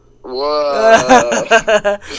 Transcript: Whoa